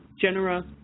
genera